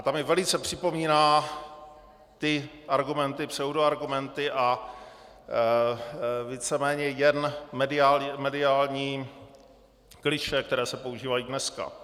Ta mi velice připomíná argumenty, pseudoargumenty a víceméně jen mediální klišé, která se používají dneska.